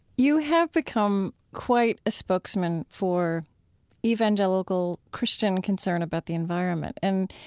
you have become quite a spokesman for evangelical christian concern about the environment. and,